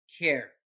care